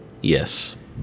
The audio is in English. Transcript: Yes